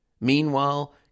Meanwhile